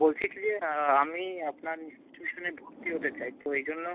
বলছি কী যে আমি আপনার ইনস্টিটিউশনে ভর্তি হতে চাই তো এই জন্য